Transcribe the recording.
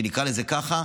נקרא לזה ככה,